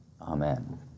Amen